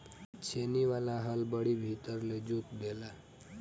छेनी वाला हल बड़ी भीतर ले जोत देला